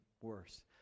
worse